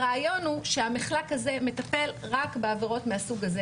הרעיון הוא שהמחלק הזה מטפל רק בעבירות מהסוג הזה